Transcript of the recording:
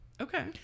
okay